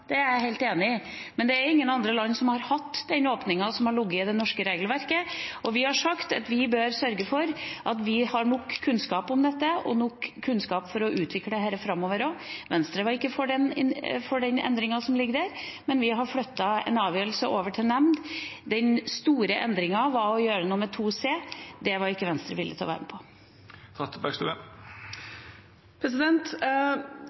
det er jeg helt enig i – men det er ingen andre land som har hatt den åpningen som har ligget i det norske regelverket. Vi har sagt at vi bør sørge for at vi har nok kunnskap om dette og nok kunnskap til å utvikle dette framover også. Venstre var ikke for den endringen, men vi har flyttet en avgjørelse over til en nemnd. Den store endringen ville vært å gjøre noe med § 2 c – det var ikke Venstre villig til å være med på.